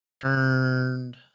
Turned